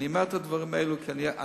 אני אומר את הדברים האלה כי אני,